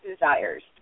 desires